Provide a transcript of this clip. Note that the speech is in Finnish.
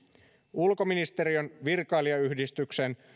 ulkoministeriön virkailijayhdistyksen